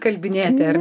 kalbinėti ar